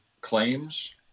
claims